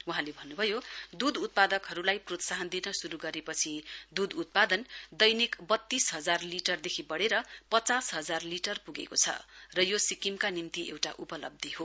वहाँले भन्नुभयो दूध उत्पादकहरूलाई प्रोत्साहन दिन शूरू गरेपछि दूध उत्पादन दैनिक वत्तीस हजार लिटरदेखि बढ़ेर पचास हजार लिटर पुगेको छ र यो सिक्किमका निम्ति एउटा उपलब्धी हो